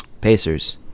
Pacers